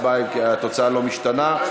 התוצאה לא משתנה.